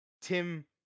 Tim